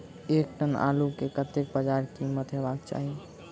एक टन आलु केँ कतेक बजार कीमत हेबाक चाहि?